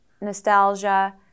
nostalgia